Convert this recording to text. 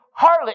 harlot